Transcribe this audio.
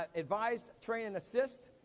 ah advised, train and assist.